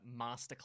Masterclass